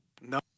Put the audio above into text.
No